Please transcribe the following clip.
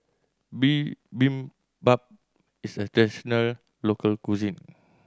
Bibimbap is a traditional local cuisine